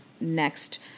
next